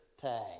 tag